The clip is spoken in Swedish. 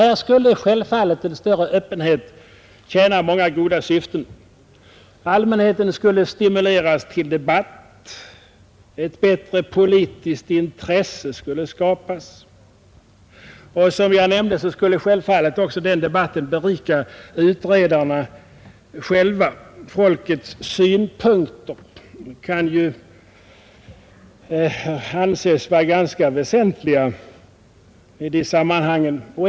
Här skulle självfallet en större öppenhet tjäna många goda syften. Allmänheten skulle stimuleras till debatt, och ett bättre politiskt intresse skulle skapas. Som jag nämnde skulle den debatten självfallet också berika utredarna själva; folkets synpunkter måste anses vara ganska väsentliga i de sammanhangen.